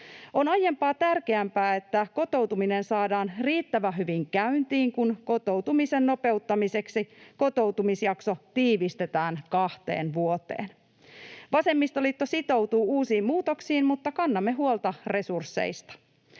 On aiempaa tärkeämpää, että kotoutuminen saadaan riittävän hyvin käyntiin, kun kotoutumisen nopeuttamiseksi kotoutumisjakso tiivistetään kahteen vuoteen. Vasemmistoliitto sitoutuu uusiin muutoksiin, mutta kannamme huolta resursseista.